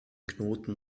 knoten